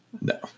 No